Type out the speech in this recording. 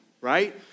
right